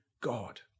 God